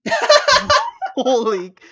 holy